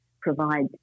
provide